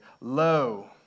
Lo